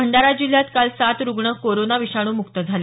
भंडारा जिल्ह्यात काल सात रुग्ण कोरोना विषाणू मुक्त झाले